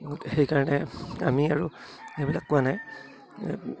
সেইকাৰণে আমি আৰু সেইবিলাক কোৱা নাই